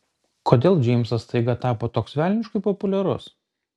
kodėl džeimsas staiga tapo toks velniškai populiarus